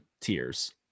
tiers